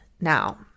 now